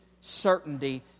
certainty